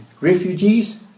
Refugees